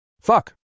Fuck